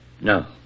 No